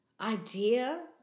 idea